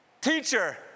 Teacher